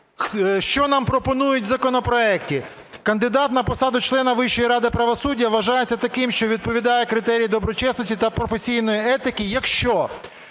що нам пропонують в законопроекті. Кандидат на посаду члена Вищої ради правосуддя вважається таким, що відповідає критеріям доброчесності та професійної етики, якщо